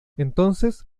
entonces